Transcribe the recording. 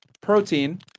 protein